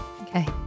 Okay